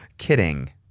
kidding